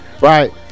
Right